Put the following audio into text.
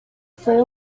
fue